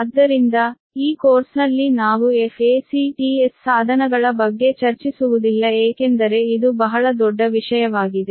ಆದ್ದರಿಂದ ಈ ಕೋರ್ಸ್ನಲ್ಲಿ ನಾವು FACTS ಸಾಧನಗಳ ಬಗ್ಗೆ ಚರ್ಚಿಸುವುದಿಲ್ಲ ಏಕೆಂದರೆ ಇದು ಬಹಳ ದೊಡ್ಡ ವಿಷಯವಾಗಿದೆ